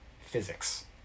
physics